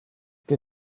que